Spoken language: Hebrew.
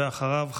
ואחריו,